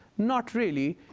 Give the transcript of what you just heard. not really.